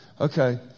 Okay